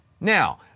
Now